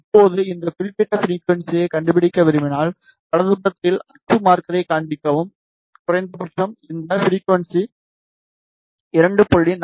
இப்போது இந்த குறிப்பிட்ட ஃபிரிக்குவன்ஸியை கண்டுபிடிக்க விரும்பினால் வலதுபுறத்தில் அச்சு மார்க்கரைக் காண்பிக்கவும் குறைந்தபட்சம் இந்த ஃபிரிக்குவன்ஸி 2